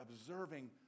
observing